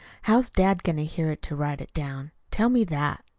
how's dad going to hear it to write it down? tell me that?